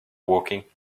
woking